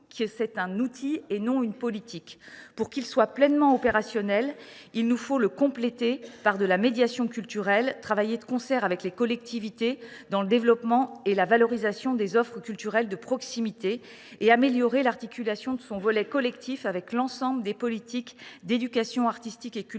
est un outil et non une politique. Pour qu’il soit pleinement opérationnel, il faut le compléter par de la médiation culturelle, travailler de concert avec les collectivités au développement et à la valorisation des offres culturelles de proximité, et améliorer l’articulation de son volet collectif avec l’ensemble de la politique d’éducation artistique et culturelle,